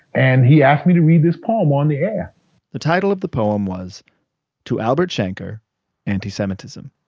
and he asked me to read this poem on the air the title of the poem was to albert shanker anti-semitism.